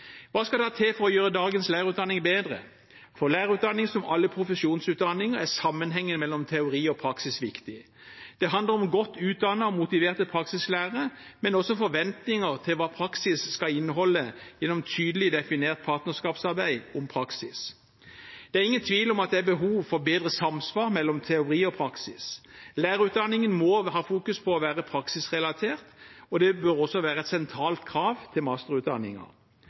Hva skal da til for å gjøre dagens lærerutdanning bedre? For lærerutdanningen som for alle andre profesjonsutdanninger er sammenhengen mellom teori og praksis viktig. Det handler om godt utdannede og motiverte praksislærere, men også om forventninger til hva praksis skal inneholde, gjennom et tydelig definert partnerskapsarbeid om praksis. Det er ingen tvil om at det er behov for bedre samsvar mellom teori og praksis. Lærerutdanningen må fokusere på å være praksisrelatert, og det bør også være et sentralt krav i masterutdanningen. Erfaring fra praksisfeltet og mulighet til